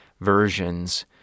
versions